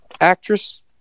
actress